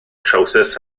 trowsus